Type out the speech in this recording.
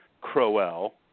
Crowell